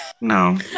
no